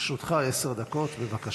לרשותך עשר דקות, בבקשה.